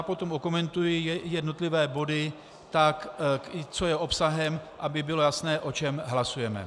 Potom okomentuji jednotlivé body tak i co je obsahem, aby bylo jasné, o čem hlasujeme.